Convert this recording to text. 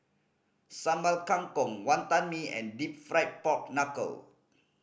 Sambal Kangkong Wantan Mee and Deep Fried Pork Knuckle